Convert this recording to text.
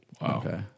Wow